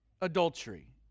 adultery